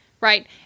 right